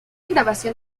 grabación